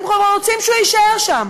הם כבר רוצים שהוא יישאר שם.